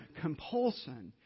compulsion